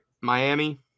Miami